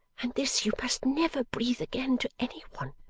and this you must never breathe again to any one.